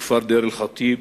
בכפר דיר-אל-חטב,